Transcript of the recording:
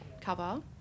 cover